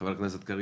חבר הכנסת קריב.